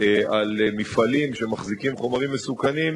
לקחת את זה למקום שיוצר הרבה פעמים בעיות